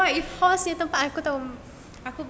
what if horse punya tempat aku tahu